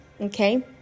okay